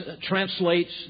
translates